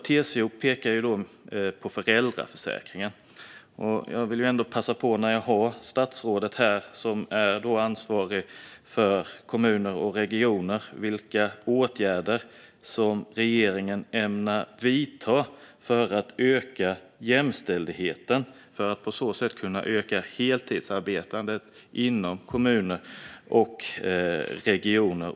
TCO pekar på föräldraförsäkringen, och när jag ändå har det statsråd som är ansvarig för kommuner och regioner här vill jag passa på att fråga vilka åtgärder regeringen ämnar vidta för att öka jämställdheten och på så sätt öka heltidsarbetandet inom kommuner och regioner.